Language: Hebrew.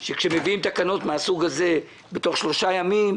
שכאשר מביאים תקנות מהסוג הזה תוך שלושה ימים,